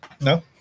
No